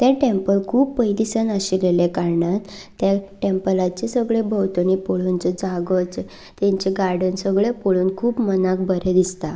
तें टेंपल खूब पयली सावन आशिल्या कारणांत त्या टेंपलाच्या सगळ्या भोवतणी पळोवन जें जागो तांचें गार्डन सगळें पळोवन खूब मनाक बरें दिसता